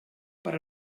per